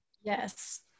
yes